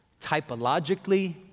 typologically